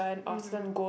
mmhmm